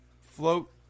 float